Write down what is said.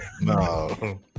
no